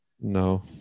No